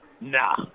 nah